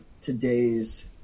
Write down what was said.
today's